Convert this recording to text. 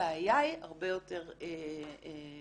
הבעיה היא הרבה יותר עמוקה